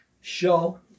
show